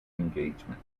engagement